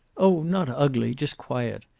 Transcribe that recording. oh, not ugly. just quiet.